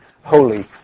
holy